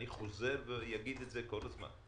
אני אחזור ואגיד את זה כל הזמן.